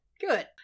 Good